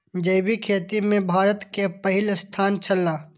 जैविक खेती में भारत के पहिल स्थान छला